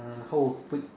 how would put it